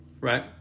right